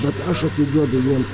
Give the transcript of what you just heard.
bet aš atiduodu jiems